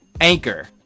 Anchor